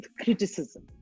criticism